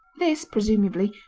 this, presumably,